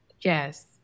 Yes